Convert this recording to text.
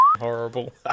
Horrible